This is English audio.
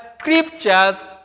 scriptures